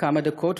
כמה דקות,